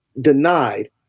denied